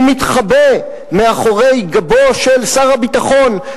הוא מתחבא מאחורי גבו של שר הביטחון,